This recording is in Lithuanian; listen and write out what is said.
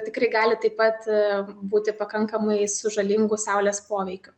tikrai gali taip pat būti pakankamai su žalingu saulės poveikiu